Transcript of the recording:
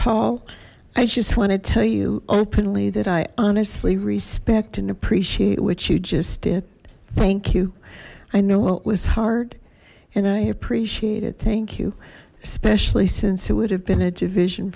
paul i just want to tell you openly that i honestly respect and appreciate what you just did thank you i know it was hard and i appreciate it thank you especially since it would have been a division